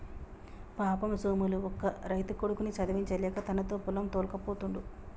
పాపం సోములు బక్క రైతు కొడుకుని చదివించలేక తనతో పొలం తోల్కపోతుండు